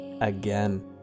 again